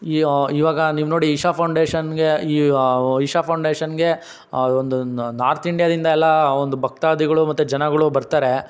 ಈ ಈವಾಗ ನೀವು ನೋಡಿ ಇಶಾ ಫೌಂಡೇಶನ್ಗೆ ಇಶಾ ಫೌಂಡೇಶನ್ಗೆ ಒಂದು ನಾರ್ತ್ ಇಂಡಿಯಾದಿಂದ ಎಲ್ಲ ಒಂದು ಭಕ್ತಾದಿಗಳು ಮತ್ತೆ ಜನಗಳು ಬರ್ತಾರೆ